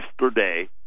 yesterday